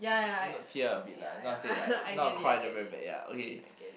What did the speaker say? n~ not tear a bit lah not say like not cry until very bad ya okay